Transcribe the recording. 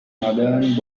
northern